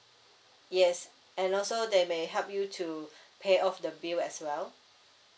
yes and also they may help you to pay off the bill as well